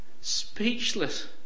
Speechless